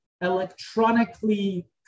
electronically